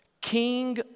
King